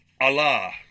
Allah